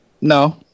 No